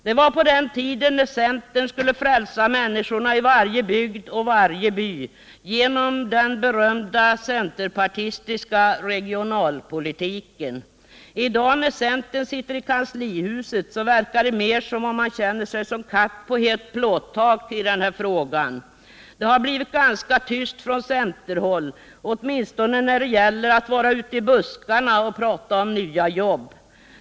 Det var på den tiden när centern skulle frälsa människorna i varje bygd och i varje by genom den berömda centerpartistiska regionalpolitiken. I dag när centern sitter i kanslihuset verkar det mer som om man skulle känna sig som katt på hett plåttak i den här frågan. Det har blivit ganska tyst på centerhåll, åtminstone när det gäller att vara ute i buskarna och prata om nya jobb.